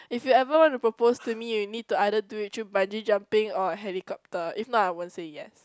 if you ever wanna propose to me you need to either do it through bungee jumping or helicopter if not I won't say yes